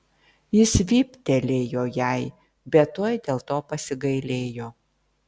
jis vyptelėjo jai bet tuoj dėl to pasigailėjo